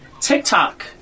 TikTok